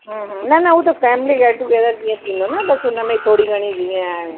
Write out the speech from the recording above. हम्म हम्म न न हू त फ़ेमिली गेटटूगेदर जीअं थींदो न बसि हुन में थोरी घणी जीअं